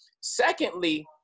Secondly